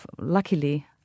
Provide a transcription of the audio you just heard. luckily